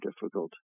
difficult